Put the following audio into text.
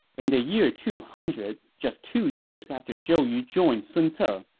in the year two hundred, just two years after zhou yu joined sun ce, ah